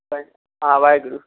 बसि हा वाहेगुरु